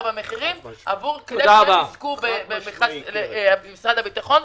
במחירים כדי שהם יזכו במכרז משרד הביטחון.